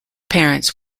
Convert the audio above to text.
parents